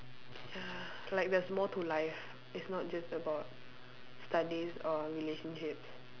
ya like there's more to life it's not just about studies or relationships